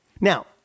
Now